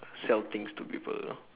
sell things to people you know